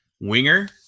winger